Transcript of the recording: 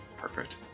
Perfect